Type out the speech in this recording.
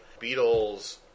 beatles